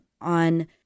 on